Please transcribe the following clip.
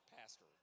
pastor